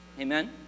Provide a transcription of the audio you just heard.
Amen